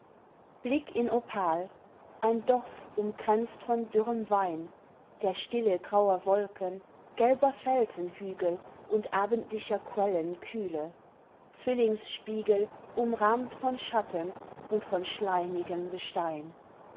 blick in opal ein dorf umkränzt von dürrem wein der stille grauer wolken gelber felsenhügel und abendlicher quellen kühle zwillingsspiegel umrahmt von schatten und von schleimigem gestein